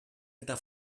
eta